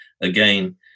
again